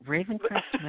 Ravencrest